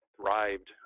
thrived